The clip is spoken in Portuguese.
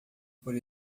por